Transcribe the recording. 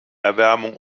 erwärmung